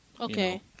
Okay